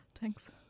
thanks